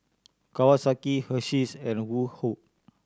Kawasaki Hersheys and Woh Hup